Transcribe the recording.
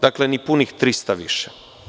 Dakle, ni punih 300 više.